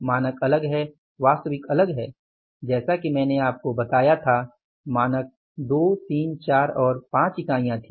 मानक अलग है वास्तविक अलग है जैसा कि मैंने आपको बताया था मानक 2 3 4 और 5 इकाइयाँ थी